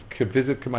visit